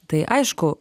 tai aišku